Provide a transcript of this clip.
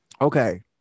Okay